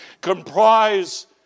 comprise